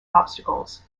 obstacles